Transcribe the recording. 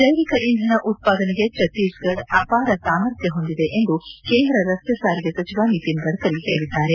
ಜೈವಿಕ ಇಂಧನ ಉತ್ಪಾದನೆಗೆ ಭಕ್ತೀಸಗಢ್ ಅಪಾರ ಸಾಮರ್ಥ್ಯ ಹೊಂದಿದೆ ಎಂದು ಕೇಂದ್ರ ರಸ್ತೆ ಸಾರಿಗೆ ಸಚಿವ ನಿತಿನ್ ಗಡ್ಡರಿ ಹೇಳಿದ್ದಾರೆ